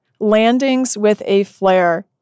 landingswithaflare